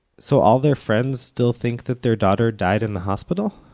so all their friends still think that their daughter died in the hospital?